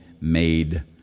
made